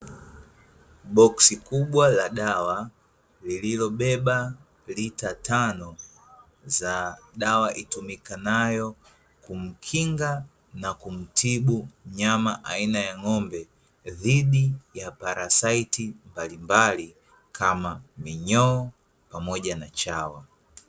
Boksi kubwa la dawa, lililobeba lita tano za dawa itumikanayo kumkinga na kumtibu mnyama aina ya ng'ombe, dhidi ya parasaiti mbalimbali, kama minyoo pamoja na chawa.